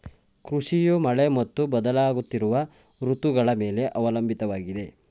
ಕೃಷಿಯು ಮಳೆ ಮತ್ತು ಬದಲಾಗುತ್ತಿರುವ ಋತುಗಳ ಮೇಲೆ ಅವಲಂಬಿತವಾಗಿದೆ